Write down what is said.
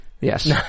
yes